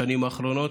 מהשנים האחרונות,